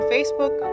Facebook